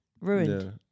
Ruined